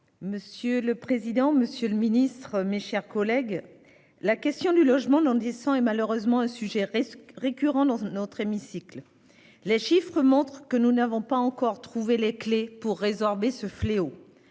Monsieur le président, monsieur le ministre, mes chers collègues, la question du logement non décent est malheureusement un sujet récurrent dans notre hémicycle. Les chiffres montrent que nous n'avons pas encore trouvé les clés pour résorber ce fléau